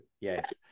Yes